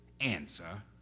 answer